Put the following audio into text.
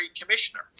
commissioner